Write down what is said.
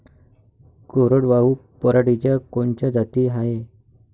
कोरडवाहू पराटीच्या कोनच्या जाती हाये?